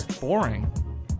Boring